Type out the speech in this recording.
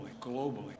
globally